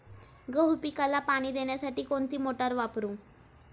गहू पिकाला पाणी देण्यासाठी कोणती मोटार वापरू?